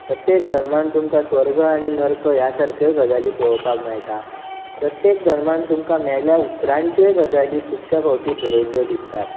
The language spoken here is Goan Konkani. प्रत्येक धर्मान तुमकां स्वर्ग आनी नर्क ह्या सारक्योय गजाली पळोवपाक मेळटात प्रत्येक धर्मान तुमकां मेल्या उपरांतच्योय गजाली खुबश्या फावटीं बरयल्ल्यो दिसतात